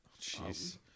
Jeez